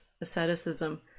asceticism